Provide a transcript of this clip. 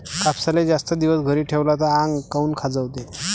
कापसाले जास्त दिवस घरी ठेवला त आंग काऊन खाजवते?